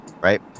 Right